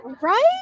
right